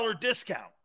discount